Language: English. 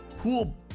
Pool